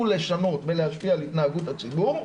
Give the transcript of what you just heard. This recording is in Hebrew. אם הצלחנו לשנות ולהשפיע על התנהגות הציבור,